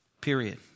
Period